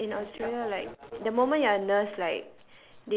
because in australia like the moment you are a nurse like